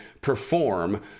perform